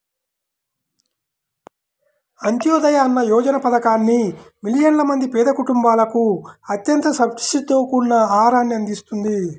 అంత్యోదయ అన్న యోజన పథకాన్ని మిలియన్ల మంది పేద కుటుంబాలకు అత్యంత సబ్సిడీతో కూడిన ఆహారాన్ని అందిస్తుంది